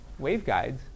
waveguides